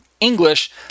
English